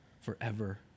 forever